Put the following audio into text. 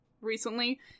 recently